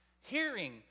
hearing